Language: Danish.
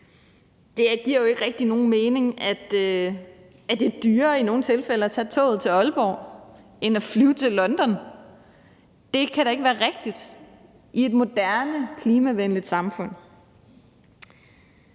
at det i nogle tilfælde er dyrere at tage toget til Aalborg end at flyve til London. Det kan da ikke være rigtigt i et moderne, klimavenligt samfund.